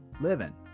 living